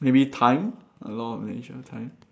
maybe time a law of nature time